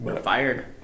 Fired